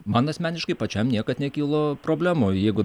man asmeniškai pačiam niekad nekilo problemų jeigu